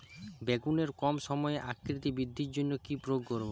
বেগুনের কম সময়ে আকৃতি বৃদ্ধির জন্য কি প্রয়োগ করব?